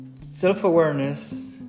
self-awareness